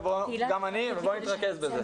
בואו נתרכז בזה.